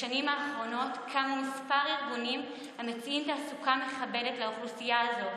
בשנים האחרונות קמו כמה ארגונים המציעים תעסוקה מכבדת לאוכלוסייה הזאת,